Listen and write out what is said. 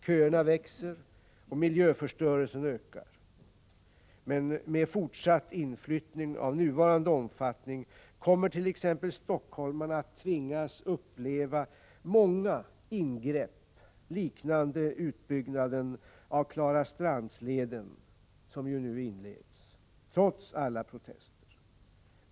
Köerna växer och miljöförstörelsen ökar. Med fortsatt inflyttning av nuvarande omfattning kommer t.ex. stockholmarna att tvingas uppleva många ingrepp liknande utbyggnaden av Klarastrandsleden, som nu inleds trots alla protester.